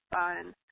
fun